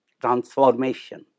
transformation